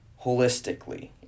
holistically